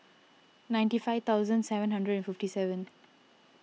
ninety five thousand seven hundred fifty seven